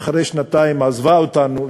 ואחרי שנתיים עזבה אותנו,